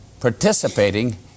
participating